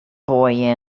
boy